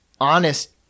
honest